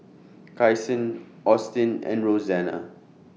Kyson Austin and Rosanna